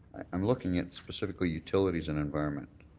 i'm looking at specifically utilities and environment.